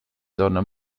sonne